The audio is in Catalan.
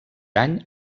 any